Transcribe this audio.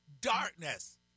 darkness